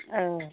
औ